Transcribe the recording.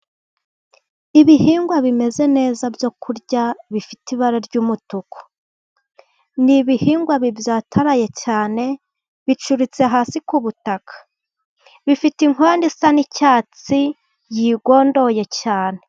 Ibihingwa bimeze byo kurya bifite ibara ry'umutuku, ni ibihingwa bibwataraye cyane, bicuritse hasi ku butaka, bifite inkondo isa n'icyatsi, yigondoye cyane.